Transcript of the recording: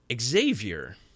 Xavier